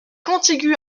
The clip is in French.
contiguë